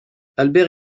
albert